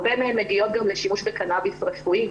הרבה מהן מגיעות גם לשימוש בקנביס רפואי.